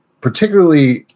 particularly